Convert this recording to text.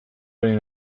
ari